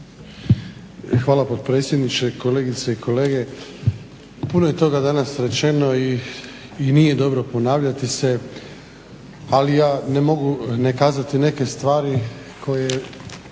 Hvala potpredsjedniče, kolegice i kolege. Puno je toga danas rečeno i nije dobro ponavljati se, ali ja ne mogu ne kazati neke stvari kojih